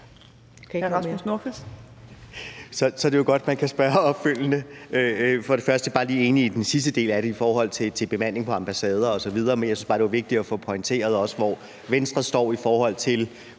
Så er det jo godt, at man kan spørge opfølgende. Først vil jeg lige sige, at jeg er enig i den sidste del om bemanding på ambassader osv., men jeg syntes bare, det var vigtigt også at få pointeret, hvor Venstre står i forhold til